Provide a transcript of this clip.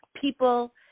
People –